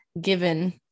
given